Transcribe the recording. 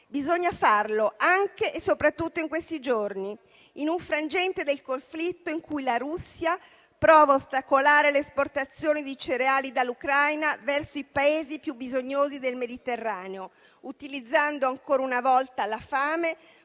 Bisogna farlo anche e soprattutto in questi giorni, in un frangente del conflitto in cui la Russia prova a ostacolare le esportazioni di cereali dall'Ucraina verso i Paesi più bisognosi del Mediterraneo, utilizzando ancora una volta la fame